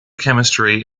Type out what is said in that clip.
chemistry